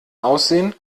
aussehen